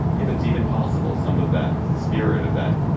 if it's even possible, some of that spirit of that?